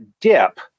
dip